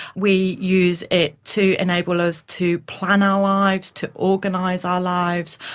we use it to enable us to plan our lives, to organise our lives,